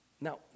Now